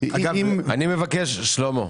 שלמה אוחיון,